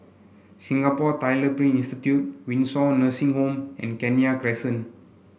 Singapore Tyler Print Institute Windsor Nursing Home and Kenya Crescent